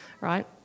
Right